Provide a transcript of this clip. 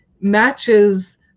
matches